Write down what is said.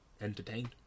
entertained